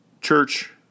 Church